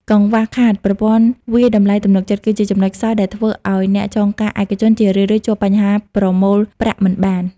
កង្វះខាត "ប្រព័ន្ធវាយតម្លៃទំនុកចិត្ត" គឺជាចំណុចខ្សោយដែលធ្វើឱ្យអ្នកចងការឯកជន ជារឿយៗជួបបញ្ហាប្រមូលប្រាក់មិនបាន។